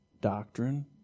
doctrine